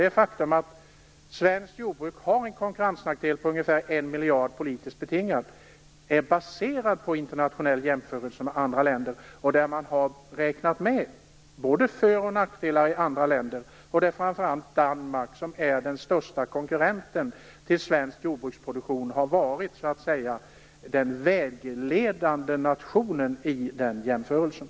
Det faktum att svenskt jordbruk har en politiskt betingad konkurrensnackdel på ungefär en miljard är baserat på en internationell jämförelse där man har räknat med både för och nackdelar i andra länder. Det är framför allt Danmark, som är den största konkurrenten till svensk jordbruksproduktion, som har varit den så att säga vägledande nationen i den jämförelsen.